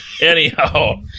Anyhow